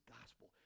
gospel